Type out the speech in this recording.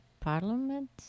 Parliament